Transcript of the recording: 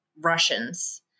Russians